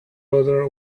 rudder